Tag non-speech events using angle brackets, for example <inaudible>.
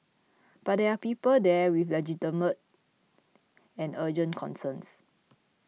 but there are people there with legitimate <hesitation> and urgent concerns